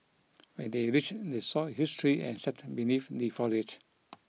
when they reached they saw a huge tree and sat beneath the foliage